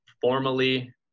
formally